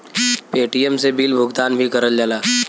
Paytm से bill भुगतान भी करल जाला